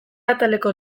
ataleko